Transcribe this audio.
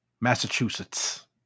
Massachusetts